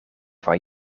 van